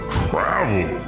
travel